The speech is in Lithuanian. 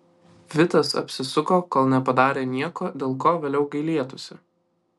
vitas apsisuko kol nepadarė nieko dėl ko vėliau gailėtųsi